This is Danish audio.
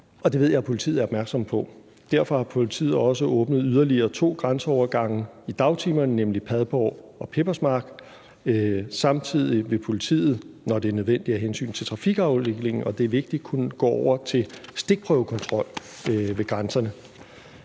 Det ved jeg at politiet er opmærksom på. Derfor har politiet også åbnet yderligere to grænseovergange i dagtimerne, nemlig Padborg og Pebersmark. Samtidig vil politiet, når det er nødvendigt af hensyn til trafikafviklingen og det er vigtigt, kunne gå over til stikprøvekontrol ved grænserne.